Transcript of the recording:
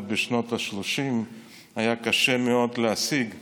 בשנות השלושים והיה קשה מאוד להשיג אותו.